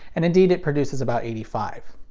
and indeed it produces about eighty five.